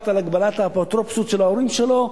על הגבלת האפוטרופסות של ההורים שלו?